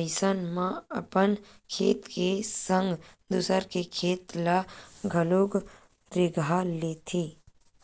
अइसन म अपन खेत के संग दूसर के खेत ल घलोक रेगहा लेथे